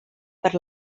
per